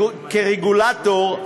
כרגולטור,